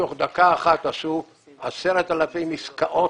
בתוך דקה אחת עשו 10,000 עסקאות.